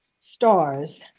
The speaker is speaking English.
Stars